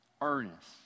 Earnest